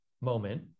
moment